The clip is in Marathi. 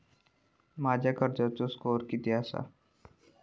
माझ्या कर्जाचो स्कोअर किती आसा?